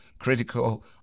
critical